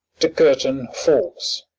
curtain falls.